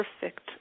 perfect